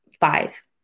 five